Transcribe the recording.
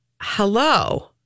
hello